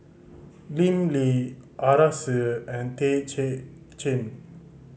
Lim Lee Arasu and Tay Kay Chin